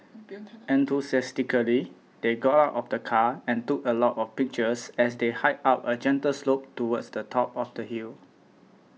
enthusiastically they got out of the car and took a lot of pictures as they hiked up a gentle slope towards the top of the hill